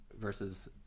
versus